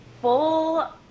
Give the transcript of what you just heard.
full